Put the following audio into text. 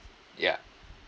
ya